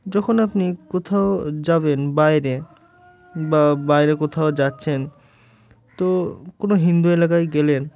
যখন আপনি কোথাও যাবেন বাইরে বা বাইরে কোথাও যাচ্ছেন তো কোনো হিন্দু এলাকায় গেলেন